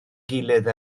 gilydd